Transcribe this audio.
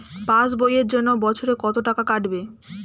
Pass বইয়ের জন্য বছরে কত টাকা কাটবে?